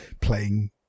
playing